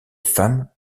femmes